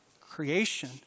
creation